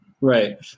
Right